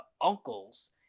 uncles